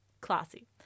Classy